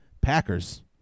Packers